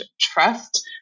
trust